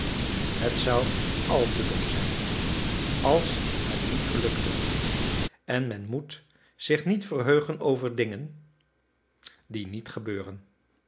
het zou al te dom zijn als het niet gelukte en men moet zich niet verheugen over dingen die niet gebeuren